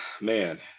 man